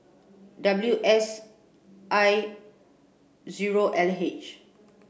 W S I zero L H